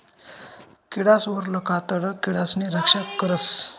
किडासवरलं कातडं किडासनी रक्षा करस